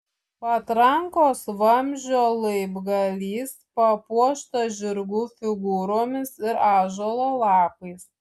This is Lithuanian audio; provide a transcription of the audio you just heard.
patrankos vamzdžio laibgalys papuoštas žirgų figūromis ir ąžuolo lapais